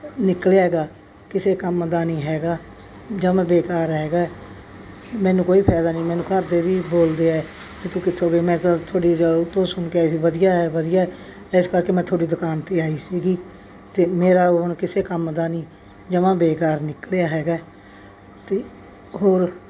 ਨਿਕਲਿਆ ਹੈਗਾ ਕਿਸੇ ਕੰਮ ਦਾ ਨਹੀਂ ਹੈਗਾ ਜਮਾਂ ਬੇਕਾਰ ਹੈਗਾ ਮੈਨੂੰ ਕੋਈ ਫ਼ਾਇਦਾ ਨਹੀਂ ਮੈਨੂੰ ਘਰ ਦੇ ਵੀ ਬੋਲਦੇ ਹੈ ਕਿ ਤੂੰ ਕਿੱਥੋਂ ਦੀ ਮੈਂ ਤਾਂ ਤੁਹਾਡੀ ਤੋਂ ਸੁਣ ਕੇ ਆਈ ਸੀ ਵਧੀਆ ਹੈ ਵਧੀਆ ਇਸ ਕਰਕੇ ਮੈਂ ਤੁਹਾਡੀ ਦੁਕਾਨ 'ਤੇ ਆਈ ਸੀਗੀ 'ਤੇ ਮੇਰਾ ਉਹ ਹੁਣ ਕਿਸੇ ਕੰਮ ਦਾ ਨਹੀਂ ਜਮਾਂ ਬੇਕਾਰ ਨਿਕਲਿਆ ਹੈਗਾ ਅਤੇ ਹੋਰ